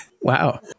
wow